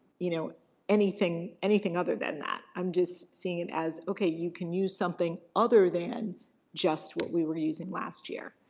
you know anything anything other than that. i'm just seeing it as, okay, you can use something other than just what we were using last year.